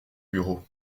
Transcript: bureau